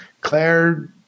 Claire